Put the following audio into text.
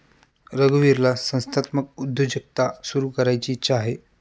रघुवीरला संस्थात्मक उद्योजकता सुरू करायची इच्छा आहे